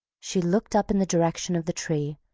she looked up in the direction of the tree,